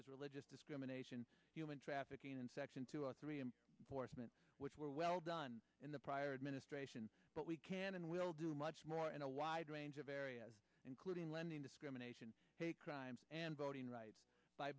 as religious discrimination human trafficking and section two or three and horsemen which were well done in the prior administration but we can and will do much more in a wide range of areas including lending discrimination a crime and voting rights by